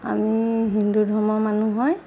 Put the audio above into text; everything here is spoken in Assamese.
আমি হিন্দু ধৰ্মৰ মানুহ হয়